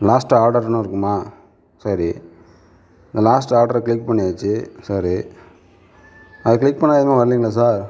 last ஆர்டர்ன்னு இருக்குமா சரி அந்த லாஸ்ட் ஆர்டரை க்ளிக் பண்ணியாச்சு சரி அதை க்ளிக் பண்ணால் எதுவுமே வரலைங்களே சார்